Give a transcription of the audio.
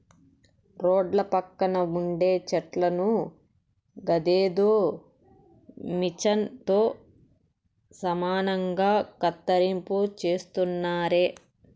రోడ్ల పక్కన ఉండే చెట్లను గదేదో మిచన్ తో సమానంగా కత్తిరింపు చేస్తున్నారే